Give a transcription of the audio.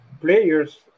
players